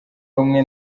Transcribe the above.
rumwe